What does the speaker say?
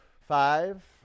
Five